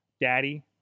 daddy